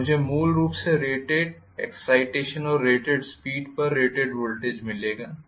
तो मुझे मूल रूप से रेटेड एक्साइटेशन और रेटेड स्पीड पर रेटेड वोल्टेज मिलेगा